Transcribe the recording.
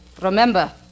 remember